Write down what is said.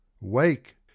Wake